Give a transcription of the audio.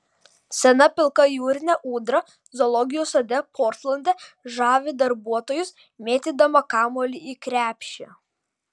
sena pilka jūrinė ūdra zoologijos sode portlande žavi darbuotojus mėtydama kamuolį į krepšį